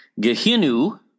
Gehinu